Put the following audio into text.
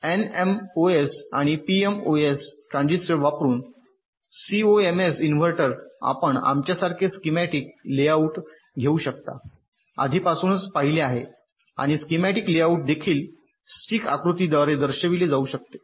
NMOS आणि PMOS transistor वापरुन CMOS inverter आपण आमच्यासारखे स्कीमॅटिक लेआउट घेऊ शकता आधीपासून पाहिले आहे आणि स्किमॅटिक लेआउट देखील स्टिक आकृतीद्वारे दर्शविले जाऊ शकते